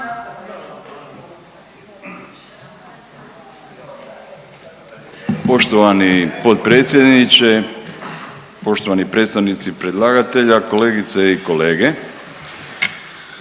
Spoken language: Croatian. Poštovani potpredsjedniče, poštovani predstavnici predlagatelja, kolegice i kolege.